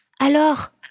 Alors